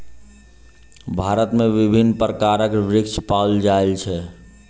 भारत में विभिन्न प्रकारक वृक्ष पाओल जाय छै